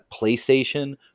PlayStation